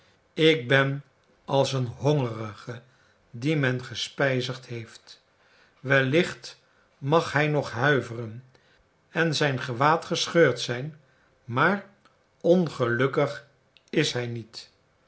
ik ben als een hongerige dien men gespijzigd heeft wellicht mag hij nog huiveren en zijn gewaad gescheurd zijn maar ongelukkig is hij niet